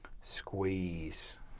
squeeze